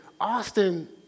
Austin